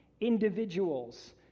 individuals